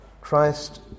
Christ